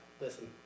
listen